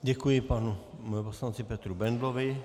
Děkuji panu poslanci Petru Bendlovi.